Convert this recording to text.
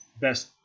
best